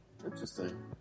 Interesting